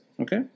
okay